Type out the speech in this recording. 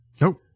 Nope